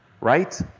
right